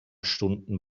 stunden